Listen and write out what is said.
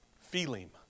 Feeling